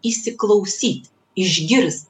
įsiklausyt išgirst